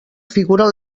figuren